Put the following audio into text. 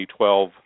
2012